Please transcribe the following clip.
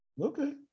Okay